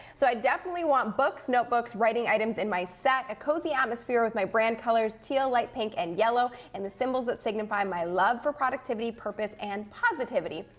so, i definitely want books, notebooks, writing items in my set, a cozy atmosphere with my brand colors, teal, light pink, and yellow, and the symbols that signify my love for productivity, purpose, and positivity.